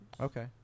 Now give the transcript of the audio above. Okay